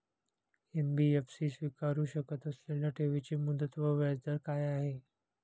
NBFC स्वीकारु शकत असलेल्या ठेवीची मुदत व व्याजदर काय आहे?